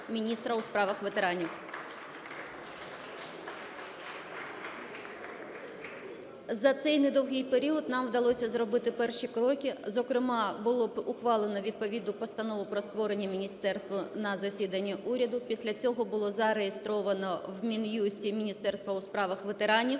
За цей недовгий період нам вдалося зробити перші кроки. Зокрема було ухвалено відповідну Постанову про створення міністерства на засіданні уряду. Після цього було зареєстровано в Мін'юсті Міністерство у справах ветеранів.